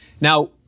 Now